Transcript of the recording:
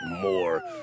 more